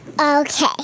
Okay